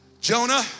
Jonah